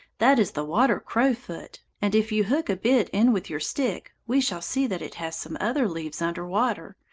that is the water-crow-foot, and if you hook a bit in with your stick we shall see that it has some other leaves under water,